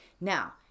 now